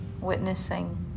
witnessing